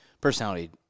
Personality